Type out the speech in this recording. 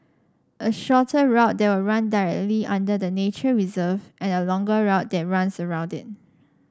a shorter route that will run directly under the nature reserve and a longer route that runs around it